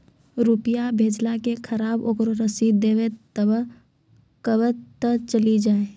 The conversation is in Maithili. रुपिया भेजाला के खराब ओकरा रसीद देबे तबे कब ते चली जा?